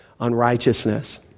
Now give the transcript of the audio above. unrighteousness